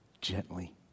gently